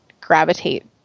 gravitate